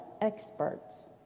experts